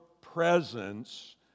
presence